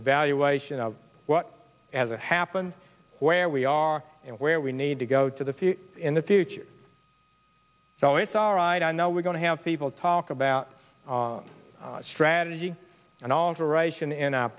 evaluation of what as it happened where we are and where we need to go to the fi in the future so it's all right i know we're going to have people talk about strategy and alteration in our